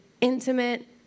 intimate